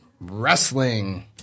wrestling